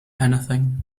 anything